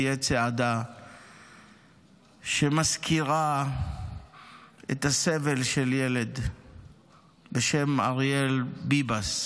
תהיה צעדה שמזכירה את הסבל של ילד בשם אריאל ביבס,